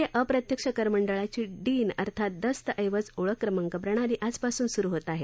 केंद्रीय अप्रत्यक्ष कर मंडळाची डिन अर्थात दस्तऐवज ओळख क्रमांक प्रणाली आजपासून सुरु होत आहे